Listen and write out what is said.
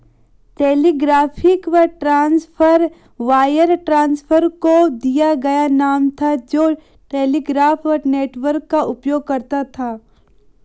telegraphic transfer wire transfer को दिया गया नाम था जो टेलीग्राफ नेटवर्क का उपयोग करता था